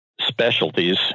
specialties